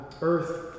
earth